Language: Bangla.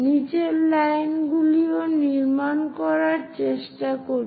নীচের লাইনগুলিও নির্মাণের করার চেষ্টা করি